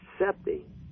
accepting